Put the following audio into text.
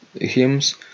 hymns